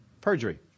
perjury